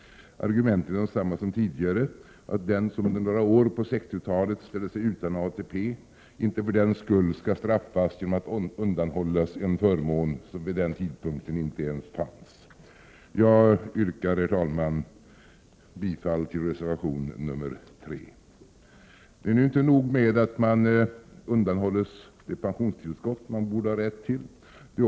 Argumenten är desamma som tidigare, att den som under några år på 60-talet ställde sig utanför ATP-systemet inte för den skull skall straffas genom att undanhållas en förmån som vid den tidpunkten inte ens fanns. Jag yrkar, herr talman, bifall till reservation 3. Men det är inte nog med att man undanhålls det pensionstillskott man borde ha rätt till.